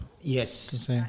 yes